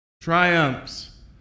triumphs